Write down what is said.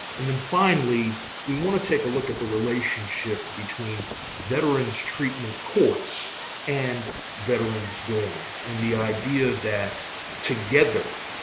and then finally, we want to take a look at the relationship between veterans treatment courts and veterans dorms. and the idea that together,